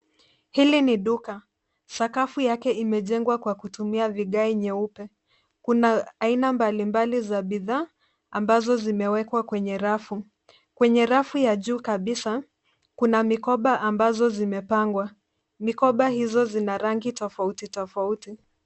Hili ni duka. Sakafu yake imejengwa kwa kutumia vigae nyeupe. Kuna aina mbali mbali za bidhaa amabzo zimewekwa kwenye rafu. Kwenye rafu ya juu kabisa, kuna mikoba ambazo zimepangwa. Mikoba hizo zina rangi tofauti tofauti .